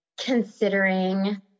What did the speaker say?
considering